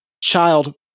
child